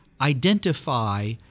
identify